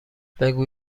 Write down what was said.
بگو